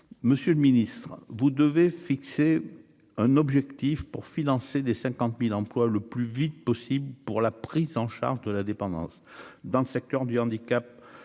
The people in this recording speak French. Monsieur le Ministre, vous devez fixé un objectif pour financer des 50000 emplois le plus vite possible pour la prise en charge de la dépendance, dans le secteur du handicap